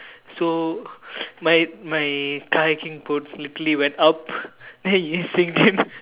so my my kayaking boat literally went up then it sinked in